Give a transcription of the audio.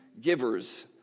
givers